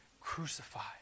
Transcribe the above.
crucified